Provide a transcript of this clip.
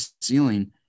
ceiling